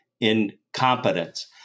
incompetence